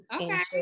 Okay